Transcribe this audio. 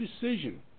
decision